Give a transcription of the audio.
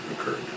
occurred